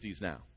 now